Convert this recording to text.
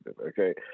okay